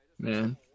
Man